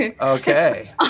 Okay